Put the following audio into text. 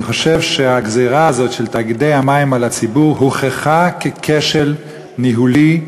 אני חושב שהגזירה הזאת של תאגידי המים על הציבור הוּכחה ככשל ניהולי,